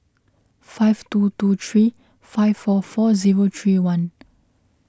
five two two three five four four zero three one